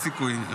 אין סיכוי.